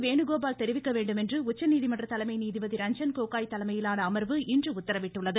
வேணுகோபால் தெரிவிக்க வேண்டும் என்று உச்சநீதிமன்ற தலைமை நீதிபதி ரஞ்சன்கோகோய் தலைமையிலான அமர்வு இன்று உத்தரவிட்டுள்ளது